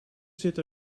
zit